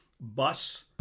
bus